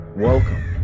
Welcome